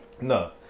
No